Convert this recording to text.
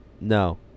No